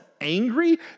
angry